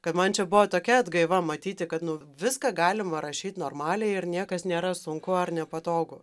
kad man čia buvo tokia atgaiva matyti kad nu viską galima rašyt normaliai ir niekas nėra sunku ar nepatogu